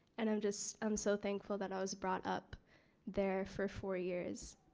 and i'm just um so thankful that i was brought up there for four years.